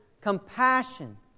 compassion